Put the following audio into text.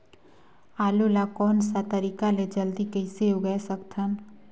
आलू ला कोन सा तरीका ले जल्दी कइसे उगाय सकथन?